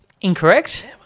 Incorrect